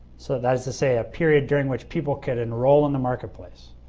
so that is to say a period during which people could enroll in the market place.